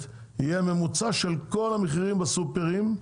יהיה ממוצע של כל המחירים בסופרים,